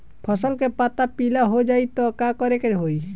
फसल के पत्ता पीला हो जाई त का करेके होई?